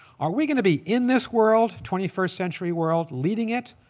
are we going to be in this world, twenty first century world, leading it?